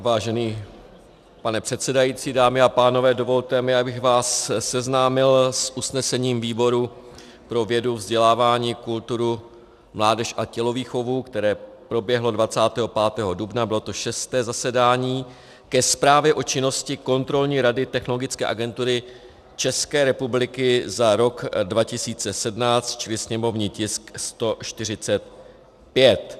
Vážený pane předsedající, dámy a pánové, dovolte mi, abych vás seznámil s usnesením výboru pro vědu, vzdělávání, kulturu, mládež a tělovýchovu, které proběhlo 25. dubna, bylo to šesté zasedání, ke zprávě o činnosti kontrolní rady Technologické agentury České republiky za rok 2017, čili sněmovní tisk 145.